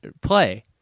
play